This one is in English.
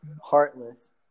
heartless